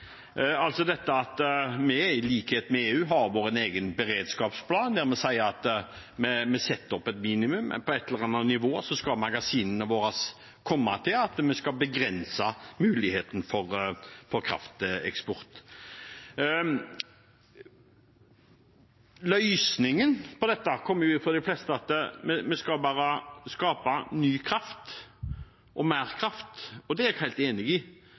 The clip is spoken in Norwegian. dette at vi, i likhet med EU, har vår egen beredskapsplan der vi sier at vi setter opp et minimum. På et eller annet nivå som magasinene våre kommer til, skal vi begrense muligheten for krafteksport. Løsningen på dette – kommer det fra de fleste – er at vi skal bare skape ny kraft og mer kraft. Det er jeg helt enig i,